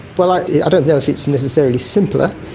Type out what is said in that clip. but like yeah i don't know if it's necessarily simpler.